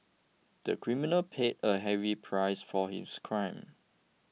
the criminal paid a heavy price for his crime